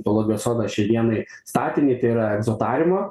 zoologijos sodą šiai dienai statinį tai yra egzotariumą